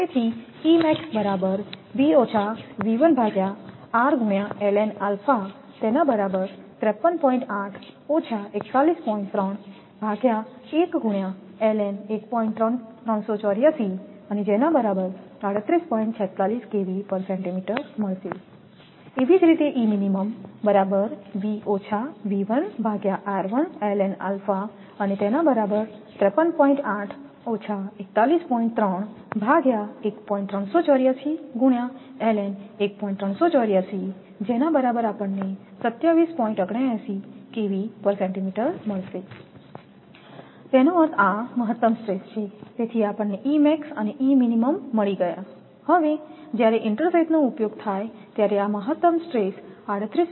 તેથી એ જ રીતે E min તેનો અર્થ આ મહત્તમ સ્ટ્રેસ છે તેથી આપણને અને મળી ગયા તેથી જ્યારે ઇન્ટરસેથનો ઉપયોગ થાય ત્યારે આ મહત્તમ સ્ટ્રેસ 38